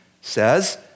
says